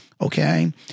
Okay